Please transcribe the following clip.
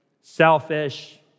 selfish